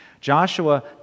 Joshua